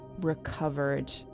recovered